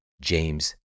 James